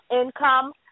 income